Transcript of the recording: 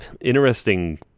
interesting